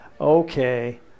okay